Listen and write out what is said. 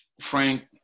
Frank